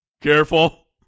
Careful